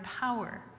power